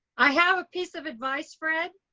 i have a piece of advice, fred.